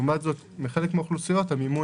לעומת זאת בחלק מהאוכלוסיות המימון